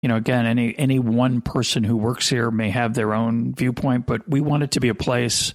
אתה יודע, עוד פעם, כל אחד שעובד פה יכולה להיות לו נקודת המבט שלו, אבל אנחנו רוצים להיות מקום